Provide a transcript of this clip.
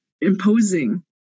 imposing